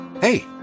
Hey